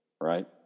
right